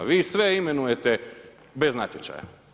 Vi sve imenujete bez natječaja.